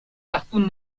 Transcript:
cartoon